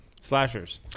Slashers